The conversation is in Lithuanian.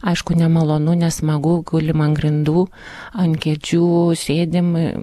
aišku nemalonu nesmagu gulim ant grindų ant kėdžių sėdim